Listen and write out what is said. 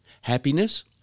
Happiness